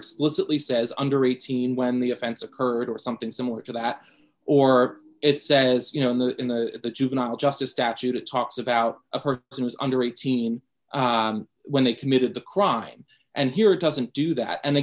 explicitly says under eighteen when the offense occurred or something similar to that or it says you know in the in the juvenile justice statute it talks about her she was under eighteen when they committed the crime and here doesn't do that and